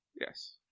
Yes